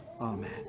Amen